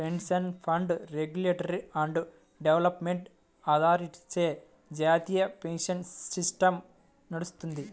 pension fund regulatory and development అథారిటీచే జాతీయ pension system నడుత్తది